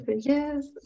Yes